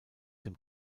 dem